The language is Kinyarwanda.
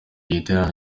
giterane